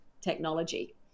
technology